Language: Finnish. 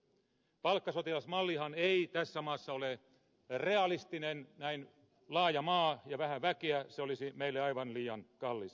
palkkasotilasmallihan ei tässä maassa ole realistinen niin laaja maa ja vähän väkeä että se olisi meille aivan liian kallis